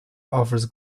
offers